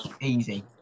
easy